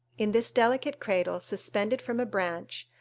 in this delicate cradle, suspended from a branch,